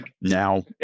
Now